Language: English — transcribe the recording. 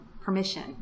permission